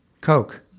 Coke